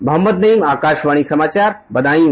मुहम्मद नईम आकाशवाणी समाचार बदायूं